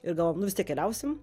ir galvojom nu vis tiek keliausim